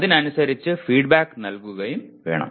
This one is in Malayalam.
അതിനനുസരിച്ച് ഫീഡ്ബാക്ക് നൽകുകയും വേണം